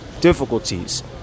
difficulties